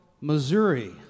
Missouri